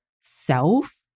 self